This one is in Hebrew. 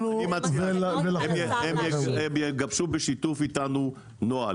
הם יגבשו בשיתוף איתנו נוהל.